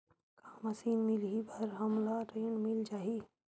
का मशीन मिलही बर हमला ऋण मिल जाही?